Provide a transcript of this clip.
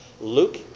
Luke